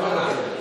אינו נוכח,